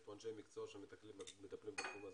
יש פה אנשי מקצוע שמטפלים בתחום הזה,